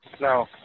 No